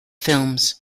films